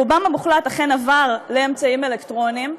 רובם המוחלט אכן עבר לאמצעים אלקטרוניים.